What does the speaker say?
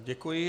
Děkuji.